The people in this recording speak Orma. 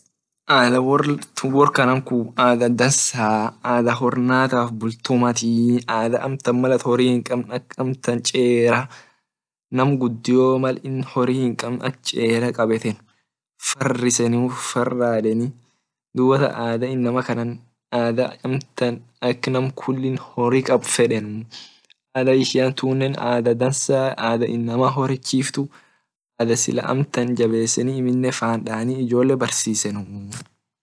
Vietnam wor kun ada dansaa ada hornada bultumatii ada amtan mal atin amtan horin hinkabn ak chera nam gudio ka horin hinkabn ak chera kabeteeni hinfariseni dubatan ada inamakana ada ak namtan hori kab ada ishian tunne ada dansa ada inama horechiftu ada silate jabesenu ada ijole barsisenuu.